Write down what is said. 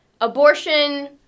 abortion